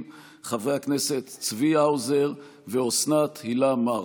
חברי הכנסת צבי האוזר ואוסנת הילה מארק.